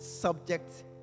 subject